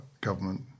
government